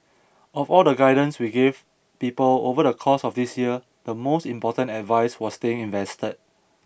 of all the guidance we gave people over the course of this year the most important advice was staying invested